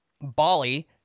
Bali